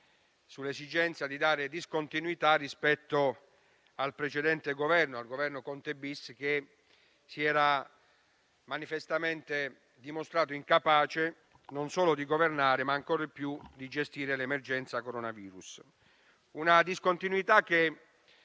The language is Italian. dall'esigenza di dare discontinuità rispetto al precedente Governo Conte-*bis,* che si era manifestamente dimostrato incapace non solo di governare, ma ancor più di gestire l'emergenza coronavirus. Si tratta di una discontinuità che